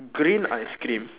green ice cream